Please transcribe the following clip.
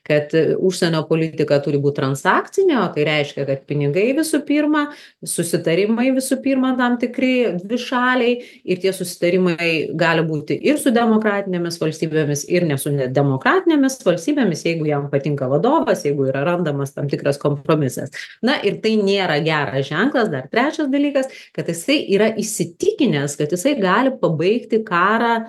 kad užsienio politika turi būt transakcinė o tai reiškia kad pinigai visų pirma susitarimai visų pirma tam tikri dvišaliai ir tie susitarimai gali būti ir su demokratinėmis valstybėmis ir ne su demokratinėmis valstybėmis jeigu jam patinka vadovas jeigu yra randamas tam tikras kompromisas na ir tai nėra geras ženklas dar trečias dalykas kad jisai yra įsitikinęs kad jisai gali pabaigti karą